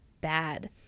bad